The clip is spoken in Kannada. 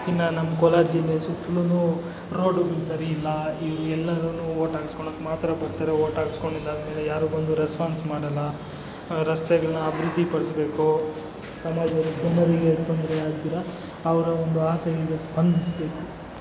ಇನ್ನು ನಮ್ಮ ಕೋಲಾರ ಜಿಲ್ಲೆಯ ಸುತ್ತಲೂ ರೋಡ್ಗಳು ಸರಿಯಿಲ್ಲ ಈ ಎಲ್ಲರೂ ವೋಟ್ ಹಾಕಿಸ್ಕೊಳ್ಳೋಕೆ ಮಾತ್ರ ಬರ್ತಾರೆ ವೋಟ್ ಹಾಕಿಸ್ಕೊಂಡಿದ್ದಾದ್ಮೇಲೆ ಯಾರು ಬಂದು ರೆಸ್ಪಾನ್ಸ್ ಮಾಡೋಲ್ಲ ರಸ್ತೆಗಳನ್ನು ಅಭಿವೃದ್ಧಿ ಪಡಿಸ್ಬೇಕು ಸಮಾಜದ ಜನರಿಗೆ ತೊಂದ್ರೆಯಾಗ್ದಿರ ಅವರ ಒಂದು ಆಸೆಗಳಿಗೆ ಸ್ಪಂದಿಸಬೇಕು